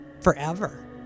forever